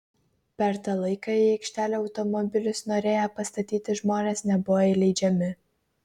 per tą laiką į aikštelę automobilius norėję pastatyti žmonės nebuvo įleidžiami